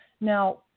Now